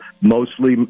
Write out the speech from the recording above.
mostly